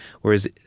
whereas